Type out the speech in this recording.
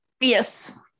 Yes